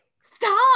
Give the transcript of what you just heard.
Stop